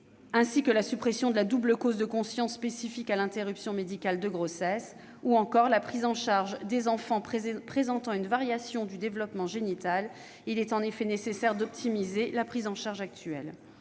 sur la suppression de la double clause de conscience spécifique à l'interruption médicale de grossesse, ou encore sur la prise en charge des enfants présentant une variation du développement génital, dans la mesure où il est nécessaire d'optimiser la prise en charge actuelle.